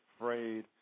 afraid